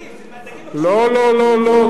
לא לא לא לא,